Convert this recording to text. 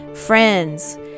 Friends